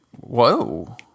whoa